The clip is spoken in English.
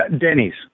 Denny's